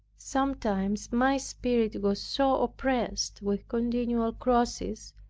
sometimes my spirit was so oppressed with continual crosses,